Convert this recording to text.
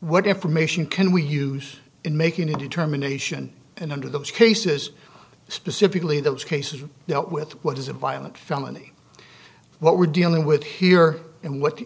what information can we use in making a determination and under those cases specifically those cases dealt with what is a violent felony what we're dealing with here and what the